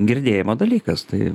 girdėjimo dalykas tai